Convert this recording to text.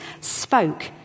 spoke